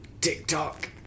TikTok